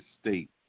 state